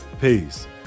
peace